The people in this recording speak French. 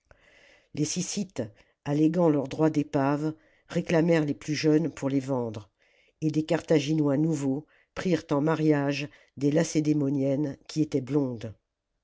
les syssites alléguant leur droit d'épaves réclamèrent les plus jeunes pour les vendre et des carthaginois nouveaux prirent en mariage des lacédémoniennes qui étaient blondes